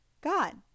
God